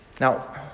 Now